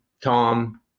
Tom